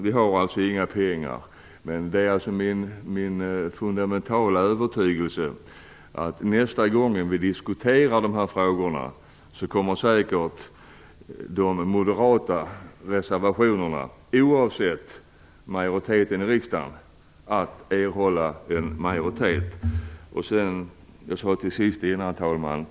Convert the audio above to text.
Vi har alltså inga pengar, men det är min fundamentala övertygelse att nästa gång vi diskuterar de här frågorna kommer de moderata reservationerna att erhålla en majoritet, oavsett majoriteten i riksdagen.